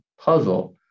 puzzle